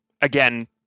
again